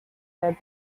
that